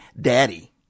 Daddy